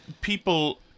people